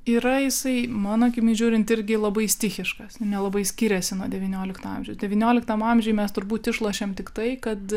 yra jisai mano akimis žiūrint irgi labai stichiškas nelabai skiriasi nuo devyniolikto amžiaus devynioliktam amžiuj mes turbūt išlošėm tik tai kad